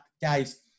guys